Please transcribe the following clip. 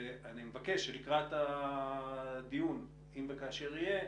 ואני מבקש לקראת הדיון אם וכאשר יהיה